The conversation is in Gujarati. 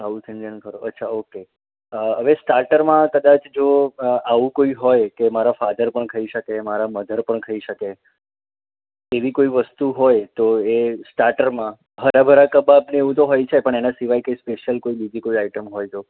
સાઉથ ઇંડિયન ખરો અચ્છા ઓકે આ હવે સ્ટાર્ટરમાં કદાચ જો એવું કોઈ હોય કે મારા ફાધર પણ ખાઈ શકે મારા મધર પણ ખાઈ શકે એવી કોઈ વસ્તુ હોય તો એ સ્ટાર્ટરમાં હરાભરા કબાબને એવું બધું તો હોય છે પણ એના સિવાય સ્પેશિયલ કોઈ બીજી કોઈ આયટમ હોય તો